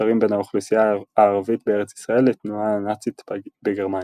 קשרים בין האוכלוסייה הערבית בארץ ישראל לתנועה הנאצית בגרמניה.